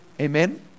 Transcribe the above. Amen